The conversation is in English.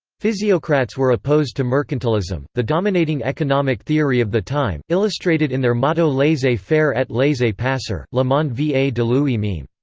physiocrats were opposed to mercantilism, the dominating economic theory of the time, illustrated in their motto laissez faire et laissez passer, le monde va de lui i mean